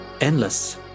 Endless